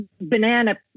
banana